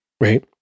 right